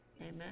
Amen